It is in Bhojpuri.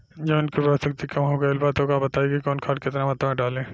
जमीन के उर्वारा शक्ति कम हो गेल बा तऽ बताईं कि कवन खाद केतना मत्रा में डालि?